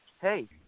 hey